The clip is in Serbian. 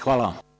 Hvala.